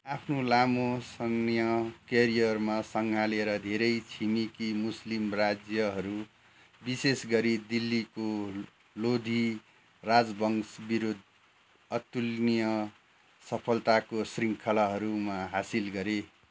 आफ्नो लामो सैन्य करियरमा साङ्गाले धेरै छिमेकी मुस्लिम राज्यहरू विशेष गरी दिल्लीको लोधी राजवंशविरुद्ध अतुलनीय सफलताको शृङ्खलाहरू हासिल गरे